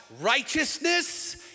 righteousness